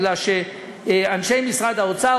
מפני שאנשי משרד האוצר,